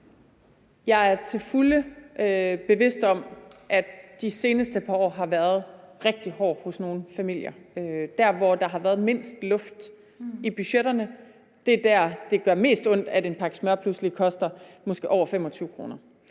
Jeg er til fulde bevidst om, af de seneste par år har været rigtig hårde hos nogle familier. Der, hvor der har været mindst luft i budgetterne, er der, hvor det gør mest ondt, når en pakke smør måske pludselig koster over 25 kr.